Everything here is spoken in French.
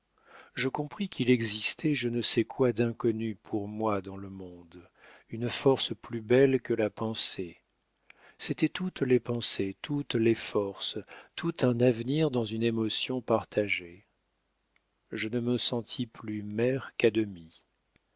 je compris qu'il existait je ne sais quoi d'inconnu pour moi dans le monde une force plus belle que la pensée c'était toutes les pensées toutes les forces tout un avenir dans une émotion partagée je ne me sentis plus mère qu'à demi